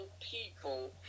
people